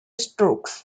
strokes